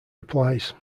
replies